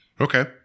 Okay